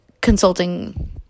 consulting